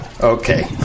Okay